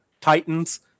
titans